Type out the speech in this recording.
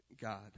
God